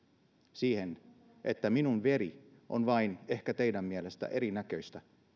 siihen että minä vain olen ehkä teidän mielestänne erinäköinen